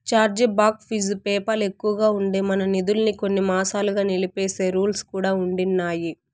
charge back fee PayPal ఎక్కువగా ఉండి, మన నిదుల్మి కొన్ని మాసాలుగా నిలిపేసే రూల్స్ కూడా ఉండిన్నాయి